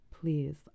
Please